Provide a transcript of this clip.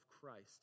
Christ